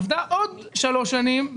עבדה עוד שלוש שנים,